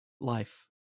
life